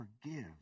forgive